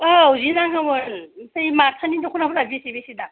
औ जि नांगौमोन ओमफ्राय माथानि दख'नाफ्रा बेसे बेसे दाम